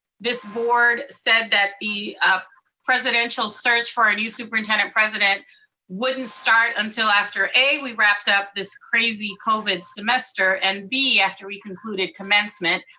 this board said that the presidential search for a new superintendent-president wouldn't start until after a, we wrapped up this crazy covid semester, and b, after we concluded commencement.